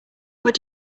what